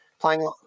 playing